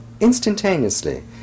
instantaneously